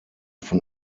von